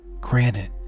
Granted